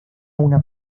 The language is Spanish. una